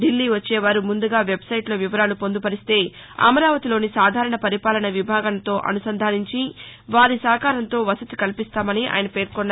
దిల్లీ వచ్చేవారు ముందుగా వెబ్సైట్లో వివరాలు పొందుపరిస్తే అమరావతిలోని సాధారణ పరిపాలన విభాగంతో అనుసంధానించి వారి సహకారంతో వసతి కల్పిస్తామని ఆయన పేర్కోన్నారు